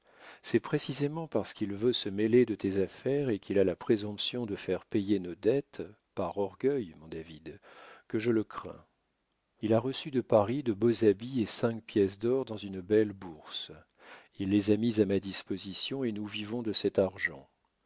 c'est précisément parce qu'il veut se mêler de tes affaires et qu'il a la présomption de faire payer nos dettes par orgueil mon david que je le crains il a reçu de paris de beaux habits et cinq pièces d'or dans une belle bourse il les a mises à ma disposition et nous vivons de cet argent